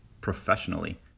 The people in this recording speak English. professionally